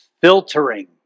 filtering